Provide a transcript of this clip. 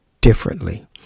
differently